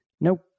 Nope